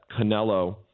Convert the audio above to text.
Canelo